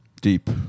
Deep